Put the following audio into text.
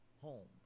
home